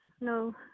No